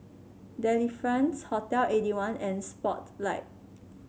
Delifrance Hotel Eighty one and Spotlight